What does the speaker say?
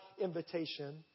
invitation